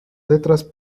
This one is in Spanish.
letras